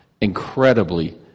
Incredibly